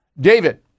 David